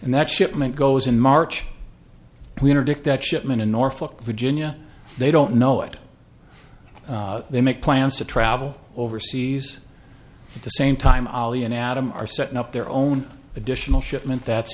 and that shipment goes in march we interdict that shipment in norfolk virginia they don't know it they make plans to travel overseas at the same time ali and adam are setting up their own additional shipment that's